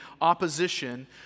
opposition